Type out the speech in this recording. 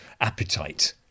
appetite